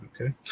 Okay